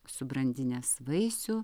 subrandinęs vaisių